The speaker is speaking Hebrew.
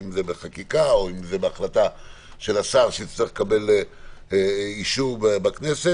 אם זה בחקיקה או בהחלטה של השר שיצטרך לקבל אישור בכנסת,